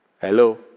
Hello